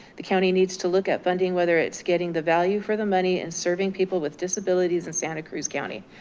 the county needs to look at funding whether it's getting the value for the money and serving people with disabilities in santa cruz county.